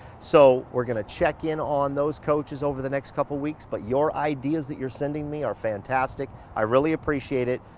so we're gonna check in on those coaches over the next couple weeks, but your ideas that you're sending me are fantastic. i really appreciate it.